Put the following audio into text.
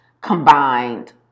combined